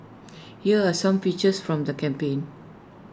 here are some pictures from the campaign